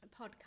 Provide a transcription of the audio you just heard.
podcast